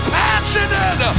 passionate